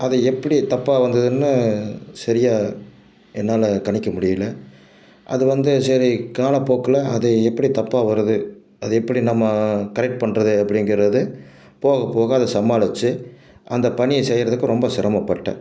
அது எப்படி தப்பாக வந்துதுனு சரியாக என்னால் கணிக்க முடியல அது வந்து சரி காலப்போக்கில் அது எப்படி தப்பாக வருது அதை எப்படி நம்ம கரெக்ட் பண்ணுறது அப்படிங்கிறது போக போக அதை சமாளித்து அந்த பணியை செய்யுறதுக்கு ரொம்ப சிரமப்பட்டேன்